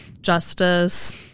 justice